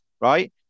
Right